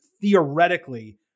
theoretically